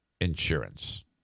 insurance